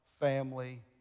family